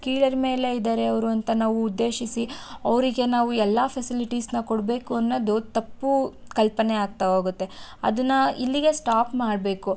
ಕೀಳರಿಮೆಯಲ್ಲೇ ಇದ್ದಾರೆ ಅವರು ಅಂತ ನಾವು ಉದ್ದೇಶಿಸಿ ಅವರಿಗೆ ನಾವು ಎಲ್ಲ ಫೆಸಿಲಿಟೀಸ್ನ ಕೊಡಬೇಕು ಅನ್ನೋದು ತಪ್ಪು ಕಲ್ಪನೆ ಆಗ್ತಾ ಹೋಗುತ್ತೆ ಅದನ್ನು ಇಲ್ಲಿಗೇ ಸ್ಟಾಪ್ ಮಾಡಬೇಕು